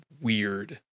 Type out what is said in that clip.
weird